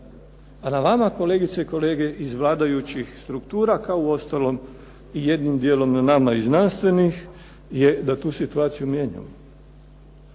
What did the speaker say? a na vama kolegice i kolege iz vladajućih struktura kao uostalom i jednim dijelom na nama i znanstvenih je da tu situaciju mijenjamo.